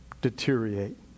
deteriorate